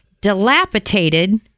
dilapidated